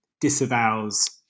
disavows